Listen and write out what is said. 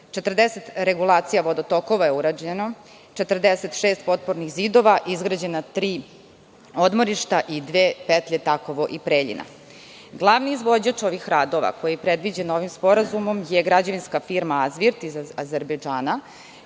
40 regulacija vodotokova je urađeno, 46 potpornih zidova, izgrađena tri odmorišta i dve petlje Takovo i Preljina. Glavni izvođač ovih radova koji je predviđen ovim sporazumom je građevinska firma „Azbirt“ iz Azerbejdžana,